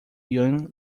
yuan